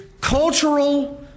cultural